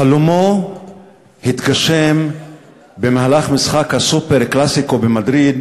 חלומו התגשם במהלך משחק ה"סופר קלאסיקו" במדריד,